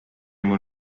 mul